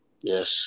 Yes